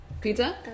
Pizza